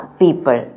people